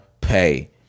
pay